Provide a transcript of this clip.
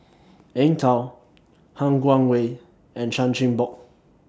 Eng Tow Han Guangwei and Chan Chin Bock